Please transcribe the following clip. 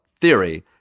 theory